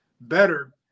better